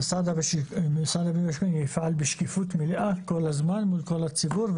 משרד הבינוי והשיכון יפעל בשקיפות מלאה כל הזמן עם כל הציבור,